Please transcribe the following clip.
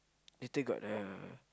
later got the